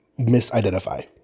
misidentify